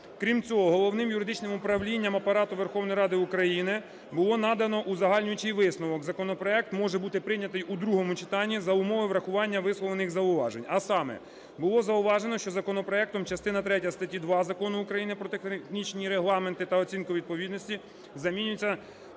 Крім цього, Головним юридичним управлінням Апарату Верховної Ради України було надано узагальнюючий висновок: "Законопроект може бути прийнятий у другому читанні за умови врахування висловлених зауважень". А саме: було зауважено, що законопроектом частина третя статті 2 Закону України "Про технічні регламенти та оцінку відповідності" замінюється